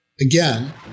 again